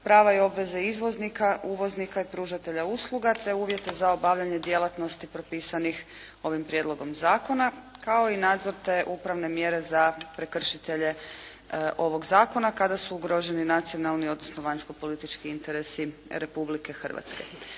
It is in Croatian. prava i obveze izvoznika, uvoznika i pružatelja usluga, te uvjete za obavljanje djelatnosti propisanih ovim Prijedlogom zakona, kao i nadzor te upravne mjere za prekršitelje ovog zakona kada su ugroženi nacionalni, odnosno vanjskopolitički interesi Republike Hrvatske.